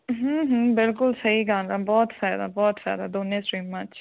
ਬਿਲਕੁਲ ਸਹੀ ਗੱਲ ਆ ਬਹੁਤ ਫਾਇਦਾ ਬਹੁਤ ਫਾਇਦਾ ਦੋਨੇ ਸਟ੍ਰੀਮਾਂ 'ਚ